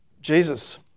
Jesus